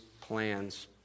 plans